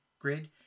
grid